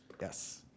Yes